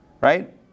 Right